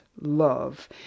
love